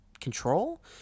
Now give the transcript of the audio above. control